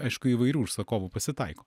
aišku įvairių užsakovų pasitaiko